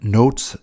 notes